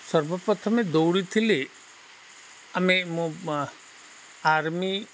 ସର୍ବପ୍ରଥମେ ଦୌଡ଼ିଥିଲି ଆମେ ମୋ ଆର୍ମି